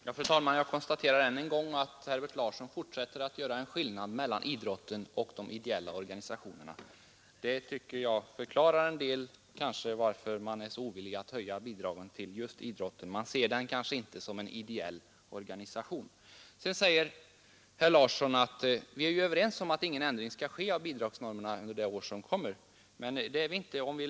Fru talman! Jag konstaterar att Herbert Larsson fortsätter att göra skillnad mellan idrottsorganisationerna och de ideella organisationerna. Det förklarar till en del oviljan att höja bidragen till idrotten; man ser den kanske inte som en ideell verksamhet. Herr Larsson i Vänersborg säger att vi är överens om att ingen ändring skall ske av bidragsnormerna under det år som kommer. Men det är vi ju inte.